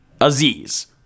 Aziz